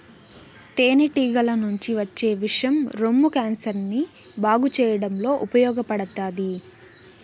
తేనె టీగల నుంచి వచ్చే విషం రొమ్ము క్యాన్సర్ ని బాగు చేయడంలో ఉపయోగపడతాది